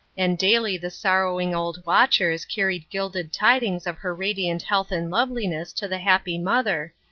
and daily the sorrowing old watchers carried gilded tidings of her radiant health and loveliness to the happy mother,